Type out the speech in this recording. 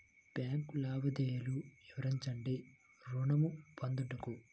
Bank లావాదేవీలు వివరించండి ఋణము పొందుటకు?